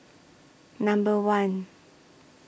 Number one